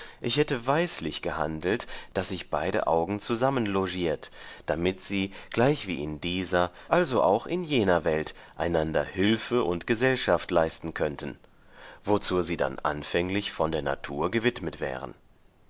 ich hätte weislich gehandelt daß ich beide augen zusammenlogiert damit sie gleichwie in dieser also auch in jener welt einander hülfe und gesellschaft leisten könnten worzu sie dann anfänglich von der natur gewidmet wären